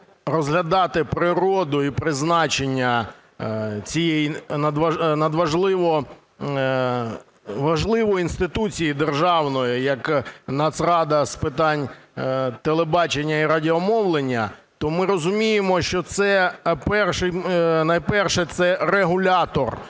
розглядати природу і призначення цієї важливої інституції державної, як Нацрада з питань телебачення і радіомовлення, то ми розуміємо, що найперше – це регулятор,